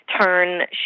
turn